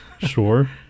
Sure